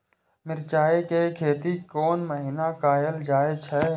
मिरचाय के खेती कोन महीना कायल जाय छै?